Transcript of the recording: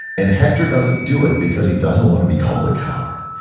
and hector doesn't do it because he doesn't want to be called a coward